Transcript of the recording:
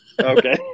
Okay